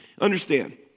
Understand